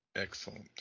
Excellent